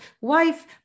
wife